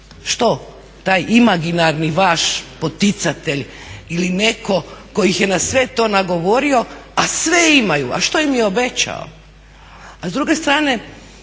Što taj imaginarni vaš poticatelj ili netko tko ih je na sve to nagovorio, a sve imaju, a što im je obećao? A s druge strane,